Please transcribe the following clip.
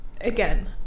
Again